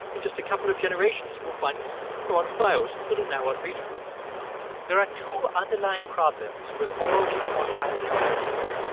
in just a couple of generations, we'll find they're on files that are now unreadable there are two underlying problems with all the immortality narratives.